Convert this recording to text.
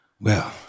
Well